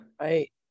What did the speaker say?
Right